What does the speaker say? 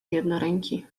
jednoręki